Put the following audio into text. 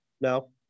No